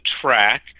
track